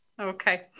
Okay